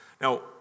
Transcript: Now